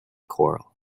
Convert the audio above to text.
choral